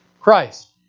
Christ